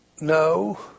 No